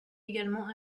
également